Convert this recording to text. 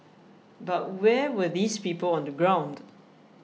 but where were these people on the ground